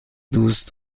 دوست